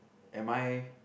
am I